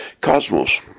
Cosmos